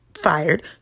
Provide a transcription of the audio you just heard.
Fired